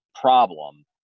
problem